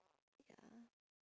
ya